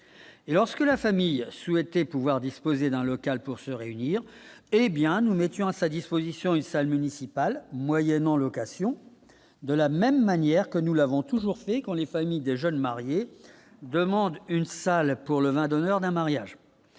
Et lorsque la famille souhaité pouvoir disposer d'un local pour se réunir, hé bien nous mettions à sa disposition une salle municipale, moyennant location de la même manière que nous l'avons toujours fait quand les familles des jeunes mariés demandent une salle pour le vin d'honneur d'un mariage